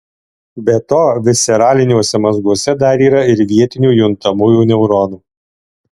be to visceraliniuose mazguose dar yra ir vietinių juntamųjų neuronų